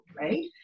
right